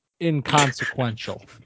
inconsequential